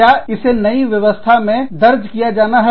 क्या इसे नई व्यवस्था में दर्ज किया जाना है